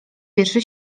pierwszy